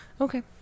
Okay